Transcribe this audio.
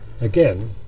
again